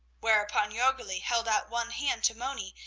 whereupon jorgli held out one hand to moni,